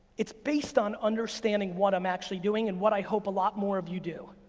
it's based on understanding what i'm actually doing, and what i hope a lot more of you do.